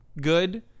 good